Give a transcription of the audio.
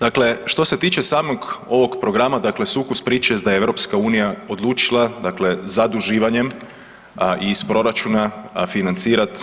Dakle, što se tiče samog ovog programa dakle sukus priče jest da je EU odlučila dakle zaduživanjem i iz proračuna financirat